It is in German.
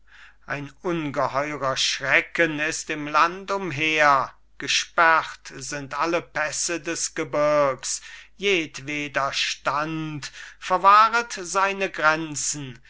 ein ungeheurer schrecken ist im land umher gesperrt sind alle pässe des gebirgs jedweder stand verwahret seine grenzen